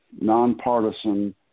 nonpartisan